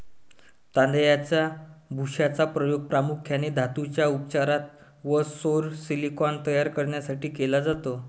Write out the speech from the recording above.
तांदळाच्या भुशाचा उपयोग प्रामुख्याने धातूंच्या उपचारात व सौर सिलिकॉन तयार करण्यासाठी केला जातो